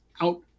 out